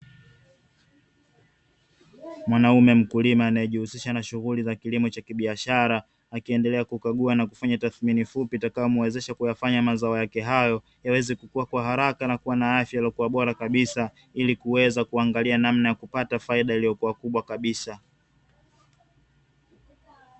Mwanaume mkulima anayejihusisha na shughuli za kilimo cha kibiashara, akiendelea kukagua na kufanya tathmini fupi itakayomuwezesha kuyafanya mazao yake hayo yaweze kukua kwa haraka na kuwa na afya iliyokuwa bora kabisa, ili kuweza kuangalia namna ya kupata faida iliyokuwa kubwa kabisa.